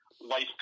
life